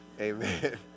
Amen